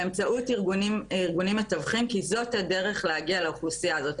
באמצעות ארגונים מתווכים כי זאת הדרך להגיע לאוכלוסייה הזאת.